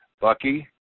Bucky